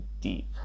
deep